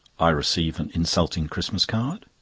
i receive an insulting christmas card.